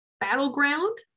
Battleground